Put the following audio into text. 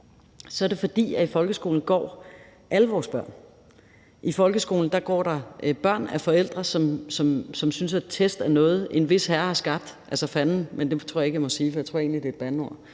så er det, fordi i folkeskolen går alle vores børn. I folkeskolen går der børn af forældre, som synes, at test er noget, en vis herre har skabt, altså Fanden, men det tror jeg ikke jeg må sige, for jeg tror egentlig, at det er et bandeord,